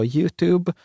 Youtube